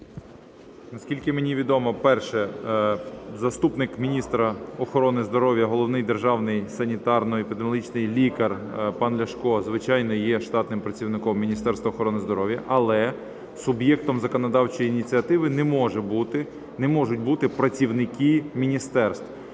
Наскільки мені відомо, перше, заступник міністра охорони здоров'я - Головний державний санітарно-епідеміологічний лікар пан Ляшко, звичайно, є штатним працівником Міністерства охорони здоров'я. Але суб'єктом законодавчої ініціативи не можуть бути працівники міністерств,